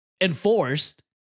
enforced